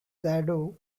shadow